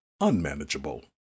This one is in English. unmanageable